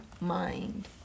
mind